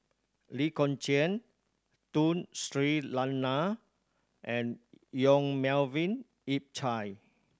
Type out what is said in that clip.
Lee Kong Chian Tun Sri Lanang and Yong Melvin Yik Chye